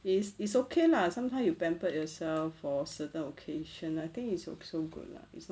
it's it's okay lah sometime you pamper yourself for certain occasion I think it's also good lah it's not say